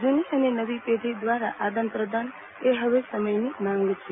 જૂની અને નવી પેઢી દ્વારા આદાન પ્રદાન એ હવે સમયની માંગ છે